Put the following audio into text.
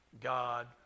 God